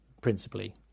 principally